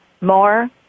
more